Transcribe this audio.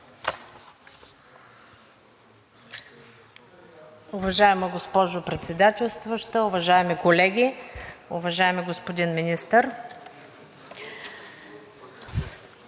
Уважаема госпожо Председателстваща, уважаеми колеги, уважаеми господин Министър!